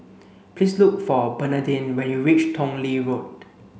please look for Bernadine when you reach Tong Lee Road